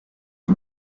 die